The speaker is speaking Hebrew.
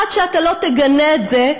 עד שאתה לא תגנה את זה,